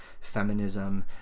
feminism